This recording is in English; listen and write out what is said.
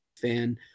fan